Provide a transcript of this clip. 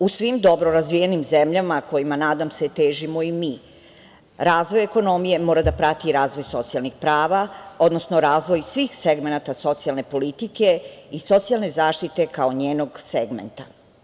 U svim dobro razvijenim zemljama, kojim nadam se težimo i mi, razvoj ekonomije mora da prati i razvoj socijalnih prava, odnosno razvoj svih segmenata socijalne politike i socijalne zaštite kao njenog segmenta.